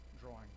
drawing